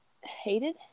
hated